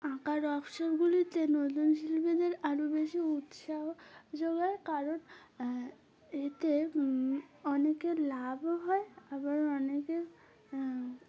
আঁকার অক্ষরগুলিতে নতুন শিল্পীদের আরও বেশি উৎসাহ যোগায় কারণ এতে অনেকের লাভও হয় আবার অনেকের